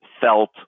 felt